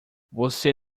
você